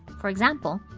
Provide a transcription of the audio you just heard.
for example,